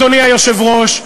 אדוני היושב-ראש,